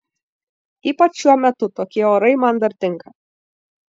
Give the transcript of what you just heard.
ypač šiuo metu tokie orai man dar tinka